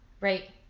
Right